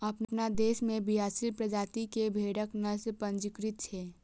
अपना देश मे बियालीस प्रजाति के भेड़क नस्ल पंजीकृत छै